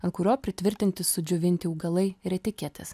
ant kurio pritvirtinti sudžiovinti augalai ir etiketės